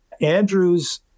Andrews